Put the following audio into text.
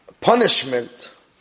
Punishment